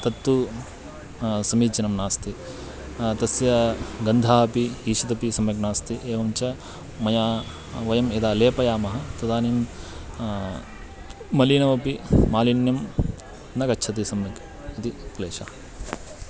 तत्तु समीचीनं नास्ति तस्य गन्धः अपि ईषदपि सम्यक् नास्ति एवं च मया वयं यदा लेपयामः तदानीं मलिनमपि मालिन्यं न गच्छति सम्यक् इति क्लेशः